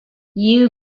you